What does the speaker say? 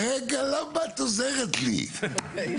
והלך ורכש לעצמו נניח דירה חדשה,